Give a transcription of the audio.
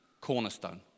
cornerstone